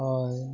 ᱦᱳᱭ